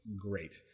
great